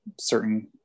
certain